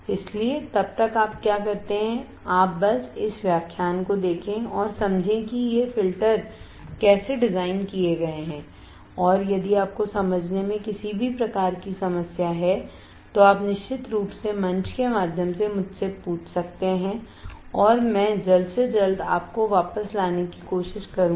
इसलिए तब तक आप क्या करते हैं आप बस इस व्याख्यान को देखें और समझें कि ये फ़िल्टर कैसे डिज़ाइन किए गए हैं और यदि आपको समझने में किसी प्रकार की समस्या है तो आप निश्चित रूप से मंच के माध्यम से मुझसे पूछ सकते हैं और मैं जल्द से जल्द आपको वापस लाने की कोशिश करूंगा